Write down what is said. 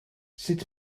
sut